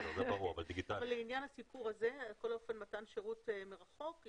לעניין הסיפור הזה, מתן שירות מרחוק,